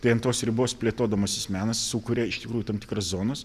tai ant tos ribos plėtodamasis menas sukuria iš tikrųjų tam tikras zonas